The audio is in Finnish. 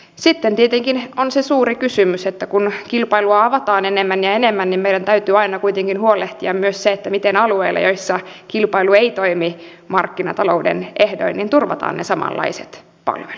sitten tietenkin on se suuri kysymys että kun kilpailua avataan enemmän ja enemmän niin meidän täytyy aina kuitenkin huolehtia myös se miten alueilla joilla kilpailu ei toimi markkinatalouden ehdoin turvataan ne samanlaiset palvelut